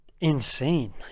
Insane